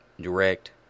direct